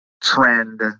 trend